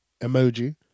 emoji